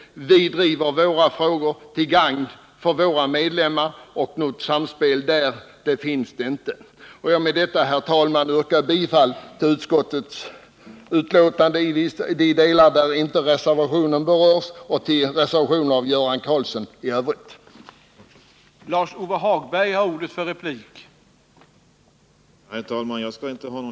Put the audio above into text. Vi driver våra frågor till gagn för våra medlemmar, och något samspel med de borgerliga förekommer inte. Med detta ber jag, herr talman, att få yrka bifall till utskottets hemställan i de delar som inte berörs av reservationen av Göran Karlsson m.fl., och i övrigt yrkar jag bifall till denna reservation.